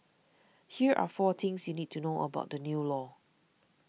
here are four things you need to know about the new law